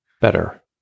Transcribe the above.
better